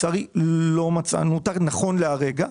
אבל לצערי לא מצאנו אותה נכון להרגע.